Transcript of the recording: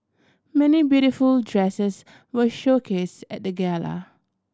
many beautiful dresses were showcase at the gala